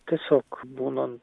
tiesiog būnan